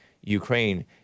Ukraine